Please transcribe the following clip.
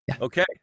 okay